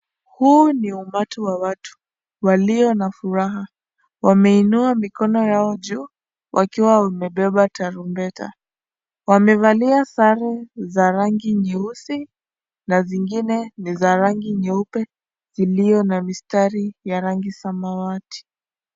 Huu ni umati wa watu walio na furaha. Wameinua mikono yao juu wakiwa wamebeba tarumbeta. Wamevalia sare za rangi nyeusi na zingine ni za rangi nyeupe zilio na mistari ya rangi samawati.